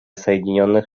соединенных